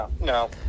no